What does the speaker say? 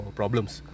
problems